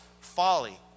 folly